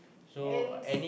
ants